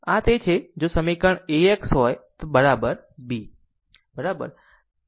આ તે છે કે જો સમીકરણ AX હોય તો બરાબર B બરાબર